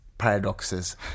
Paradoxes